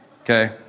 okay